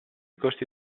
costi